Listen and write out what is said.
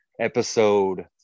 episode